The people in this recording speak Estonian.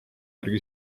järgi